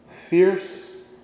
Fierce